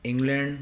England